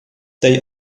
they